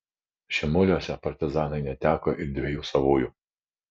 šimuliuose partizanai neteko ir dviejų savųjų